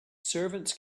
servants